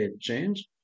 change